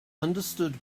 understood